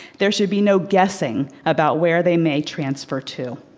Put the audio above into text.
there should be no guessing about where they may transfer to.